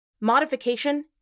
Modification